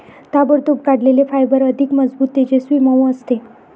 ताबडतोब काढलेले फायबर अधिक मजबूत, तेजस्वी, मऊ असते